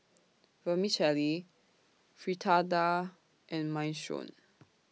Vermicelli Fritada and Minestrone